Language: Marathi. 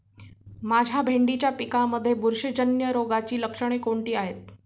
माझ्या भेंडीच्या पिकामध्ये बुरशीजन्य रोगाची लक्षणे कोणती आहेत?